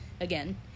Again